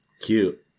Cute